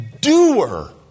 doer